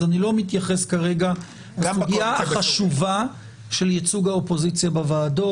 אז אני לא מתייחס כרגע לסוגיה החשובה של ייצוג האופוזיציה בוועדות.